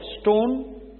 stone